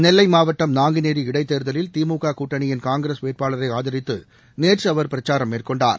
நெல்லை மாவட்டம் நாங்குனேரி இடைத்தேர்தலில் திமுக கூட்டணியின் காங்கிரஸ் வேட்பாளரை ஆதரித்து நேற்று அவர் பிரச்சாரம் மேற்கொண்டார்